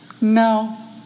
No